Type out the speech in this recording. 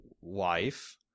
wife